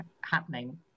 happening